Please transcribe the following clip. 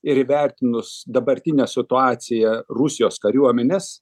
ir įvertinus dabartinę situaciją rusijos kariuomenės